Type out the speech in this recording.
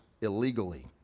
illegally